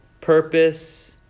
purpose